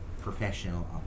professional